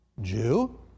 Jew